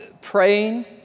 praying